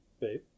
Babe